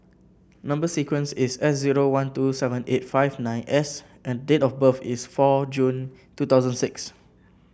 number sequence is S zero one two seven eight five nine S and date of birth is four June two thousand six